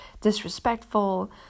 disrespectful